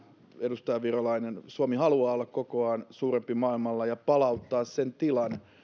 edustaja virolainen suomi haluaa olla kokoaan suurempi maailmalla ja palauttaa sen tilan